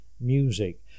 music